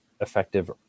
Effective